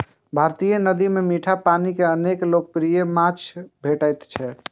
भारतीय नदी मे मीठा पानिक अनेक लोकप्रिय माछ भेटैत छैक